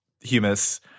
humus